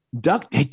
Duck